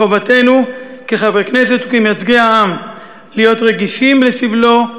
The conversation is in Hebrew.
מחובתנו כחברי כנסת וכמייצגי העם להיות רגישים לסבלו,